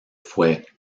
fue